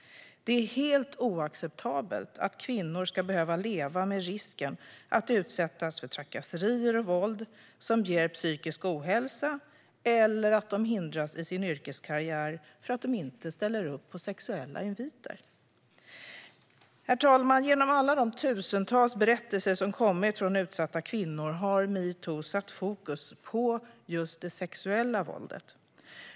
Det är helt oacceptabelt att kvinnor ska behöva leva med risken att utsättas för trakasserier och våld som ger psykisk ohälsa eller att de hindras i sin yrkeskarriär för att de inte ställer upp på sexuella inviter. Herr talman! Genom alla de tusentals berättelser som kommit från utsatta kvinnor har metoo satt fokus på just det sexuella våldet.